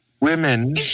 Women